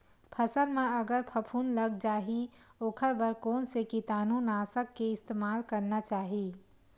फसल म अगर फफूंद लग जा ही ओखर बर कोन से कीटानु नाशक के इस्तेमाल करना चाहि?